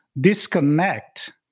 disconnect